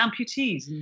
amputees